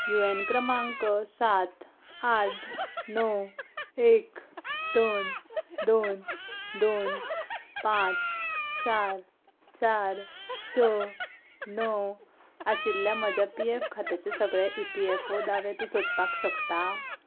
U N क्रमांक सात आठ णव एक दोन दोन दोन पांच चार चार स णव आशिल्ल्या म्हज्या पी एफ खात्याचे सगळे ई पी एफ ओ दावे तूं सोदपाक शकता